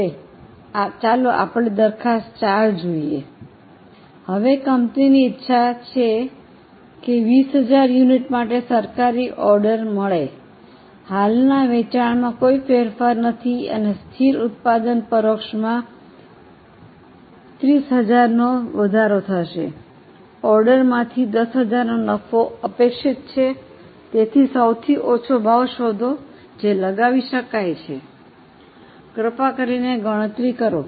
હવે ચાલો આપણે દરખાસ્ત 4 જઈએ હવે કંપની ની ઈચ્છા છે કે 20000 યુનિટ માટે સરકારી ઑર્ડર મળે હાલના વેચાણમાં ફેરફાર નથી અને સ્થિર ઉત્પાદન પરોક્ષમાં 300000 નો વધારો થશે ઓર્ડરમાંથી 100000 નો નફો અપેક્ષિત છે તેથી સૌથી ઓછો ભાવ શોધો જે લગાવી શકાય છે કૃપા કરીને ગણતરી કરો